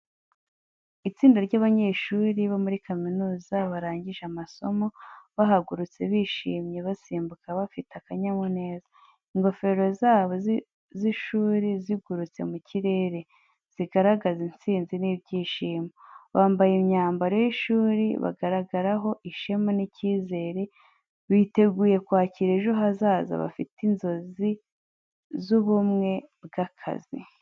Itsinda ry’abanyeshuri bo muri kaminuza barangije amasomo bahagurutse bishimye, basimbuka bafite akanyamuneza. Ingofero zabo z’ishuri ziguruka mu kirere, zigaragaza intsinzi n’ibyishimo. Bambaye imyambaro y’ishuri, bagaragaraho ishema n’icyizere, biteguye kwakira ejo hazaza bafite inzozi n’ubumwe bw'akazi.